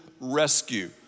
rescue